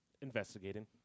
Investigating